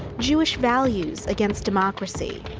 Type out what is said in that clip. jewish values against democracy.